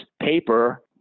paper